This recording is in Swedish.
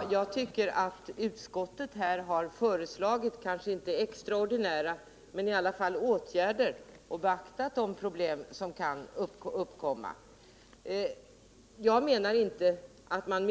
Herr talman! Utskottet har föreslagit åtgärder, även om de inte kan betecknas som extraordinära, och man har beaktat de problem som kan uppkomma. Jag menar inte att man